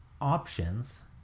options